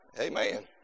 Amen